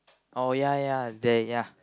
oh ya ya there ya